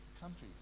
countries